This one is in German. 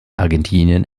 argentinien